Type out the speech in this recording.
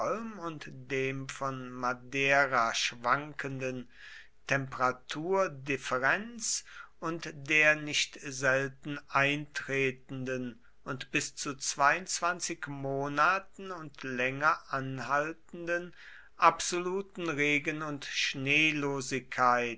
und von dem von madeira schwankenden temperaturdifferenz und der nicht selten eintretenden und bis zu monaten und länger anhaltenden absoluten regen und